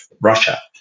Russia